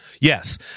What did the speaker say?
Yes